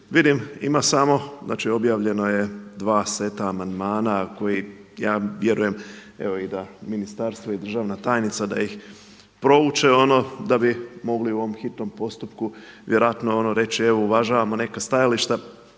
vidim ima samo, znači objavljeno je 2 seta amandmana koji ja vjerujem evo da i ministarstvo i državna tajnica da ih prouče ono da bi mogli u ovom hitnom postupku vjerojatno ono reći evo uvažavamo neka stajališta.